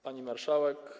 Pani Marszałek!